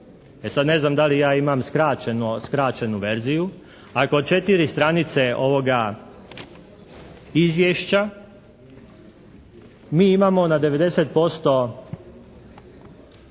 sad ne znam da li ja imam skraćenu verziju, ako četiri stranice ovoga izvješća, mi imamo na 90%